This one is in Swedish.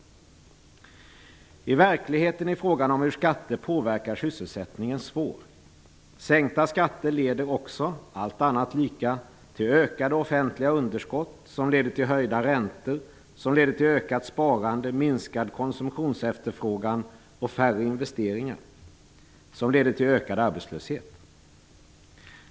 I verkligheten är frågan om hur skatter påverkar sysselsättningen svår. Sänkta skatter leder också, allt annat oförändrat, till ökade offentliga underskott som leder till höjda räntor, som leder till ökat sparande, minskad konsumtionsefterfrågan och färre investeringar, som leder till ökad arbetslöshet.